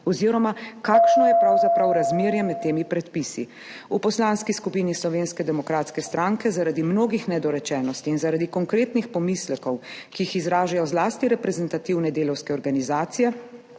oziroma kakšno je pravzaprav razmerje med temi predpisi. V Poslanski skupini Slovenske demokratske stranke zaradi mnogih nedorečenosti in zaradi konkretnih pomislekov, ki jih izražajo zlasti reprezentativne delavske organizacije,